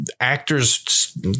Actors